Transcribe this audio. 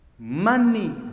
Money